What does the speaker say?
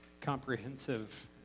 comprehensive